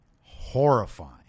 Horrifying